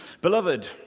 Beloved